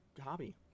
hobby